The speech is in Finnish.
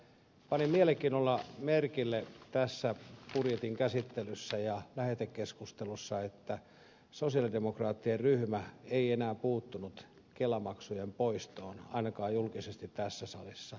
panin mielenkiinnolla merkille tässä budjetin käsittelyssä ja lähetekeskustelussa että sosialidemokraattien ryhmä ei enää puuttunut kelamaksujen poistoon ainakaan julkisesti tässä salissa